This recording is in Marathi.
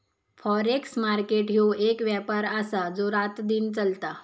फॉरेक्स मार्केट ह्यो एक व्यापार आसा जो रातदिन चलता